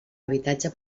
habitatge